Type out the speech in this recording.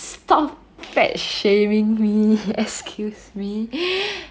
stop fat shaming me excuse me